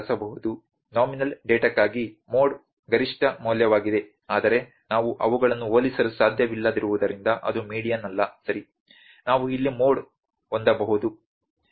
nominal ಡೇಟಾಕ್ಕಾಗಿ mode ಗರಿಷ್ಠ ಮೌಲ್ಯವಾಗಿದೆ ಆದರೆ ನಾವು ಅವುಗಳನ್ನು ಹೋಲಿಸಲು ಸಾಧ್ಯವಿಲ್ಲದಿರುವುದರಿಂದ ಅದು ಮೀಡಿಯನ್ ಅಲ್ಲ ಸರಿ ನಾವು ಇಲ್ಲಿ ಮೋಡ್ ಹೊಂದಬಹುದು ಸರಿ